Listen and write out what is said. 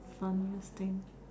funniest thing